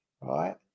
right